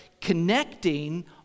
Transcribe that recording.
connecting